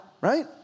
Right